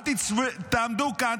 אל תעמדו כאן,